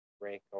rank